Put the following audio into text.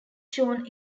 shown